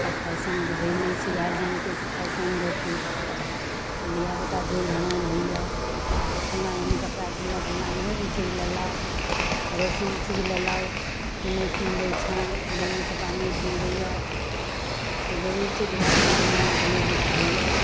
तऽ फैशन रहै नहि छै गार्जिअनके तऽ फैशन देतै तऽ धिआपुता झूरझमान होइए जे फल्लाँ एहन कपड़ा पिन्हलक फल्लाँ एहन ई चीज लेलक पड़ोसी ई चीज लेलक तोँ नहि कीनि दै छेँ मम्मी पप्पा नहि कीनि दैए तऽ जरूर छै धिआपुताके मोन कनि हुस्स होइए